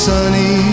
Sunny